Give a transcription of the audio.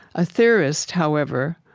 a theorist, however,